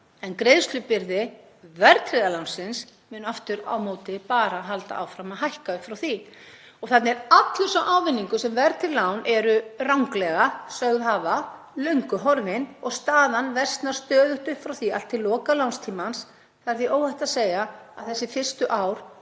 en greiðslubyrði verðtryggða lánsins mun aftur á móti bara halda áfram að hækka upp frá því. Þarna er allur sá ávinningur sem verðtryggð lán eru ranglega sögð hafa löngu horfinn og staðan versnar stöðugt upp frá því allt til loka lánstímans. Það er því óhætt að segja að þessi fyrstu ár